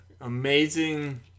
Amazing